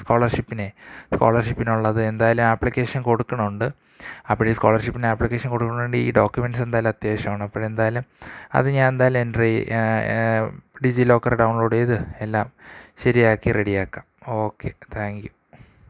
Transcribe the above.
സ്കോളർഷിപ്പിനെ സ്കോളർഷിപ്പിനുള്ളത് എന്തായാലും അപ്ലിക്കേഷൻ കൊടുക്കണുണ്ട് അപ്പോള് സ്കോളർഷിപ്പിന് അപ്ലിക്കേഷൻ കൊടുക്കണകൊണ്ട് ഈ ഡോക്യൂമെൻസ്സെന്തായാലും അത്യാവശ്യമാണ് അപ്പോള് എന്തായാലും അത് ഞാന് എന്തായാലും എൻ്ററീ ഡിജി ലോക്കറ് ഡൗൺലോഡേയ്ത് എല്ലാം ശരിയാക്കി റെഡിയാക്കാം ഓക്കെ താങ്ക് യു